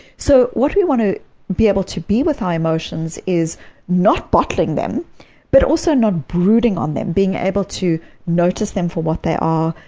so what we want to be able to be with our emotions is not bottling them but also not brooding on them being able to notice them for what they are,